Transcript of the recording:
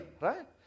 Right